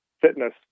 fitness